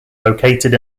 located